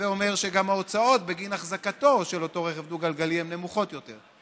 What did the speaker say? הווי אומר שגם ההוצאות בגין אחזקתו של אותו רכב דו-גלגלי נמוכות יותר.